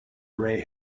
grey